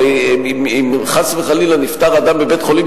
הרי אם חס וחלילה נפטר אדם בבית-חולים,